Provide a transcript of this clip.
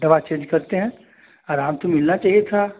दवा चेंज करते हैं अराम तो मिलना चाहिए था